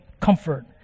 comfort